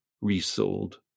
resold